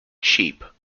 cheap